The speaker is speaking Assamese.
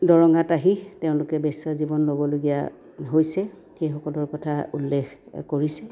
দৰঙাত আহি তেওঁলোকে বেশ্যা জীৱন ল'বলগীয়া হৈছে সেইসকলৰ কথা উল্লেখ কৰিছে